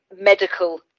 medical